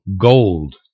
gold